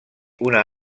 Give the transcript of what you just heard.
una